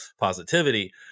positivity